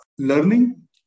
learning